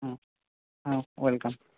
welcome